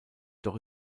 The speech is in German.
doch